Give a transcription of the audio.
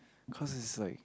cause it's like